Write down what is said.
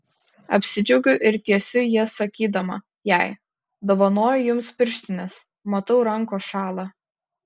apsidžiaugiu ir tiesiu jas sakydama jai dovanoju jums pirštines matau rankos šąla